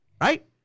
right